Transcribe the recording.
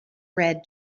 read